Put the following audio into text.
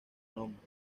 nombre